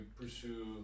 pursue